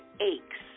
aches